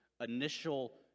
initial